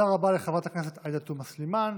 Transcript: תודה רבה לחברת הכנסת עאידה תומא סלימאן.